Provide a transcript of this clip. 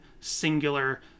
singular